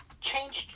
changed